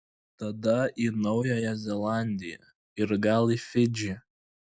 tada į naująją zelandiją ir gal į fidžį